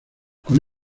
con